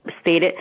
stated